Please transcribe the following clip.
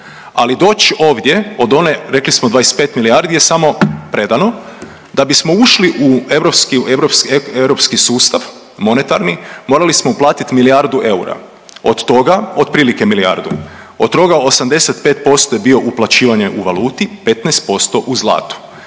Ali doći ovdje od one rekli smo 25 milijardi je je samo predano. Da bismo ušli u europski sustav monetarni morali smo uplatiti milijardu eura, od toga, otprilike milijardu. Od toga 85% je bio uplaćivanje u valuti, 15% u zlatu.